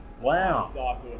Wow